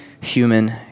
human